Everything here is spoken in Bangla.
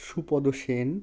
সুপদ সেন